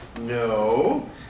No